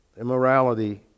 immorality